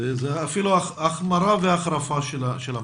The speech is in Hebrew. זו אפילו החמרה והחרפה של המצב.